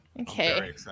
Okay